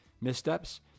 missteps